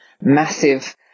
massive